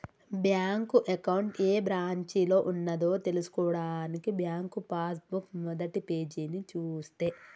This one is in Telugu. బ్యాంకు అకౌంట్ ఏ బ్రాంచిలో ఉన్నదో తెల్సుకోవడానికి బ్యాంకు పాస్ బుక్ మొదటిపేజీని చూస్తే